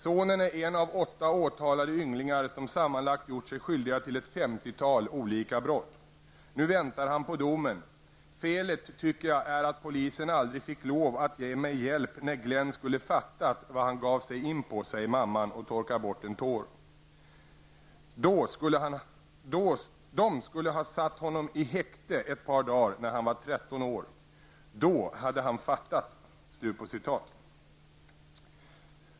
Sonen är en av åtta åtalade ynglingar som sammanlagt gjort sig skyldiga till ett 50-tal olika brott. Nu väntar han på domen. -- Felet tycker jag är att polisen aldrig fick lov att ge mig hjälp när Glenn skulle fattat vad han gav sig in på, säger mamman och torkar bort en tår. -- De skulle ha satt honom i häkte ett par dar när han var 13 år. Då hade han fattat!''